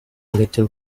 little